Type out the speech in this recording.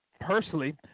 personally